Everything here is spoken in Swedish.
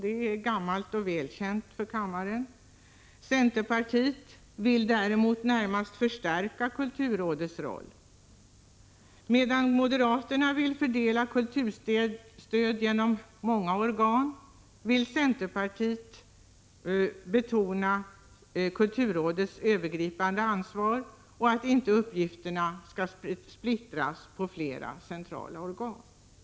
Det är sedan länge välkänt för kammaren. Centerpartiet vill däremot närmast förstärka kulturrådets roll. Medan moderaterna vill fördela kulturstöd genom många organ betonar centerpartiet att kulturrådet har ett övergripande ansvar och att uppgifterna inte bör splittras på flera centrala organ.